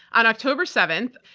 on october seventh,